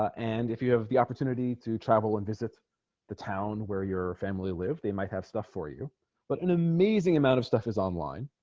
ah and if you have the opportunity to travel and visit the town where your family lived they might have stuff for you but an amazing amount of stuff is online